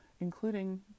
including